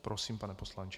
Prosím, pane poslanče.